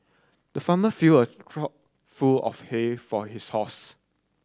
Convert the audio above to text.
the farmer filled a trough full of hay for his house